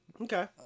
Okay